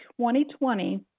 2020